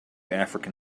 african